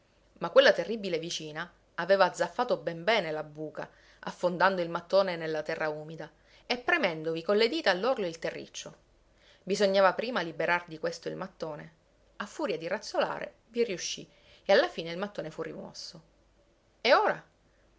ma quella terribile vicina aveva zaffato ben bene la buca affondando il mattone nella terra umida e premendovi con le dita all'orlo il terriccio bisognava prima liberar di questo il mattone a furia di razzolare vi riuscì e alla fine il mattone fu rimosso e ora